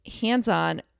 hands-on